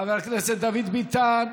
חבר הכנסת דוד ביטן,